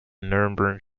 nuremberg